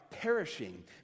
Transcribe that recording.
perishing